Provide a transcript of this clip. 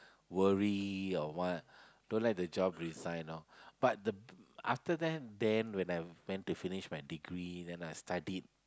worry or what don't like the job resign loh but the after that then when I went to finish my degree then I studied